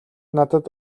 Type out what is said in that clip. надад